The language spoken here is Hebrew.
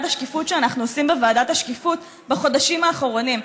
השקיפות שאנחנו עושים בוועדת השקיפות בחודשים האחרונים.